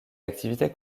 activités